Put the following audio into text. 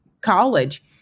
college